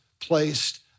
placed